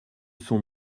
sont